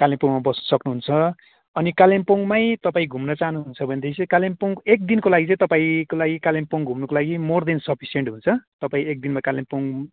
कालिम्पोङमा बस्नु सक्नुहुन्छ अनि कालिम्पोङमै तपाईँ घुम्नु चहानुहुन्छ भनेदेखि कालिम्पोङ एकदिनको लागि चाहिँ तपाईँको लागि कालिम्पोङ घुम्नुको लागि मोर देन सफिसेन्ट हुन्छ तपाईँ एकदिनमा कालिम्पोङ